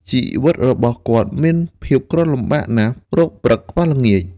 ជីវិតរបស់គាត់មានភាពក្រលំបាកណាស់ រកព្រឹកខ្វះល្ងាច។